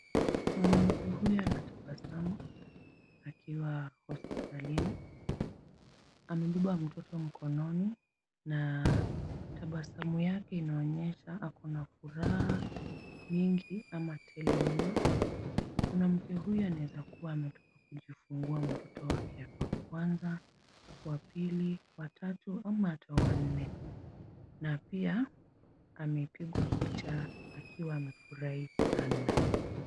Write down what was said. Mwanamke huyu anatabasamu akiwa hospitalini. Amebeba mtoto mkononi na tabasamu yake inaonyesha ako na furaha mingi ama tele mno. Mwanamke huyu anaweza kuwa ametoka kujifungua mtoto wake wa kwanza, wa pili, wa tatu ama hata wa nne na pia amepigwa picha akiwa amefurahi sana.